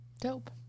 Dope